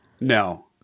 No